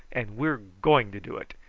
and we're going to do it.